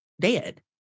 dead